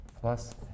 plus